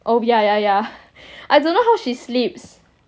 oh yeah yeah yeah I don't know how she sleeps